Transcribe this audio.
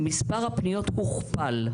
מספר הפניות הוכפל,